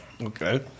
Okay